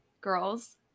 girls